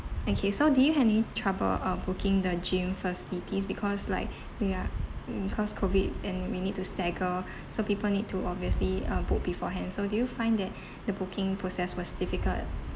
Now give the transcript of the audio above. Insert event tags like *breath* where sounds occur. okay so do you have any trouble uh booking the gym facilities because like *breath* we are mm cause COVID and we need to stagger *breath* so people need to obviously uh book beforehand so do you find that *breath* the booking process was difficult